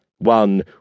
one